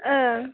ओं